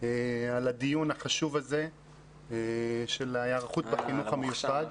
על הדיון החשוב הזה של ההיערכות בחינוך המיוחד.